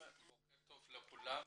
בוקר טוב לכולם.